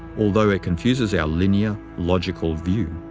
although it confuses our linear, logical view.